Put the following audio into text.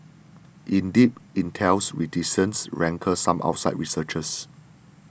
indeed Intel's reticence rankled some outside researchers